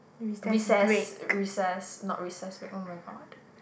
recess recess not recess week oh-my-god